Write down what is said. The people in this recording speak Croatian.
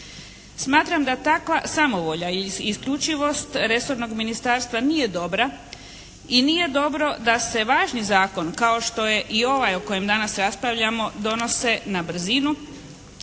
Smatram da takva samovolja i isključivost resornog ministarstva nije dobra i nije dobro da se važni zakon kao što je i ovaj o kojem danas raspravljamo, donose ne brzinu,